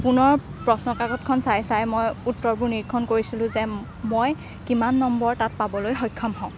পুনৰ প্ৰশ্ন কাকতখন চাই চাই মই উত্তৰবোৰ নিৰীক্ষণ কৰিছিলো যে মই কিমান নম্বৰ তাত পাবলৈ সক্ষম হ'ম